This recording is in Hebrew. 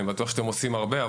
ואני בטוח שאתם עושים הרבה,